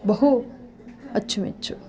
ಬಹು ಅಚ್ಚುಮೆಚ್ಚು